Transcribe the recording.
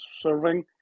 serving